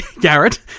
Garrett